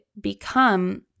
become